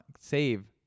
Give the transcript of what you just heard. save